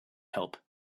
help